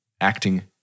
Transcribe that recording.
acting